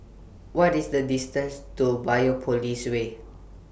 What IS The distances to Biopolis Way